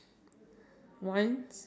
uh do his job